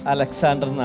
Alexander